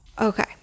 Okay